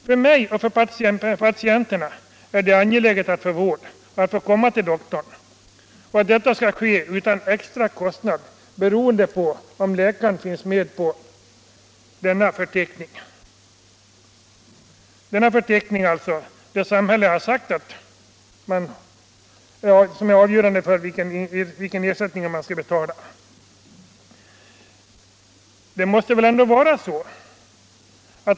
För patienterna är det angeläget att få vård, att få komma till doktorn. Och detta skall ske utan extra kostnad. Nu är detta beroende av om läkaren finns med på förteckningen eller inte, vilket är avgörande för vilken ersättning patienten skall betala.